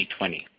2020